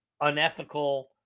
unethical